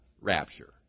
rapture